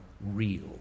real